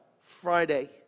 Friday